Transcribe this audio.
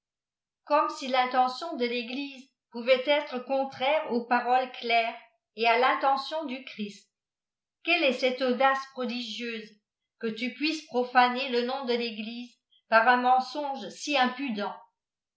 comme si tintention de l'église pouvait être contraire aui paroles claires et à rintention du christ quelle est cette audace prodigieuse que tu puisses profaner le nom de l'ëglise par un mensonge si impudent